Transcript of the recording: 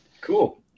cool